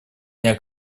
дня